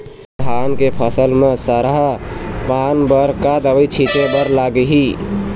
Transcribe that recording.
धान के फसल म सरा पान बर का दवई छीचे बर लागिही?